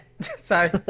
Sorry